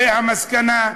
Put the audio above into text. והמסקנה: